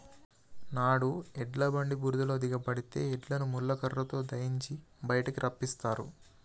నాడు ఎడ్ల బండి బురదలో దిగబడితే ఎద్దులని ముళ్ళ కర్రతో దయియించి బయటికి రప్పిస్తారు